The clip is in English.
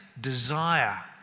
desire